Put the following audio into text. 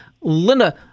Linda